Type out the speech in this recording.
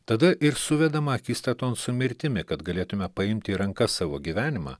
tada ir suvedama akistaton su mirtimi kad galėtume paimti į rankas savo gyvenimą